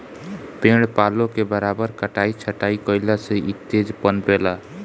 पेड़ पालो के बराबर कटाई छटाई कईला से इ तेज पनपे ला